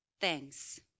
Thanks